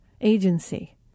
agency